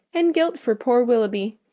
and guilt for poor willoughby,